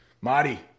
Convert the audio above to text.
Madi